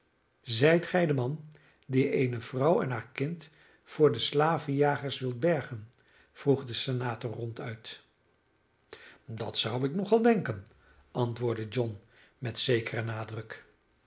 zijt gij de man die eene vrouw en haar kind voor de slavenjagers wilt bergen vroeg de senator ronduit dat zou ik nog al denken antwoordde john met zekeren nadruk